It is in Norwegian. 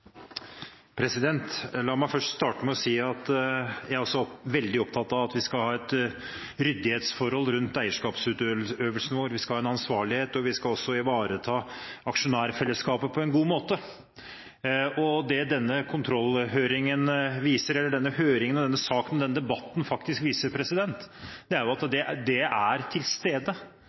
veldig opptatt av at vi skal ha et ryddig forhold rundt eierskapsutøvelsen vår, vi skal ha en ansvarlighet, og vi skal også ivareta aksjonærfellesskapet på en god måte. Det denne kontrollhøringen, denne saken og denne debatten faktisk viser, er at det er til stede. Det er faktisk ryddighet, det er